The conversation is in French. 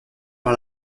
par